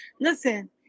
listen